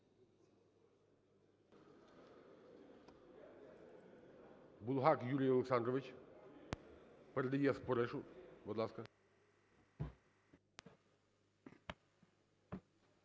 Буглак Юрій Олександрович передає Споришу. Будь ласка.